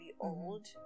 old